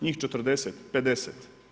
Njih 40-50.